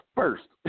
first